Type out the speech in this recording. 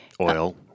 oil